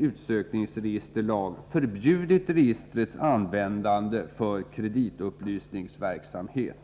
utsökningsregisterlag har Torsdagen den förbjudit registrets användande för kreditupplysningsverksamhet.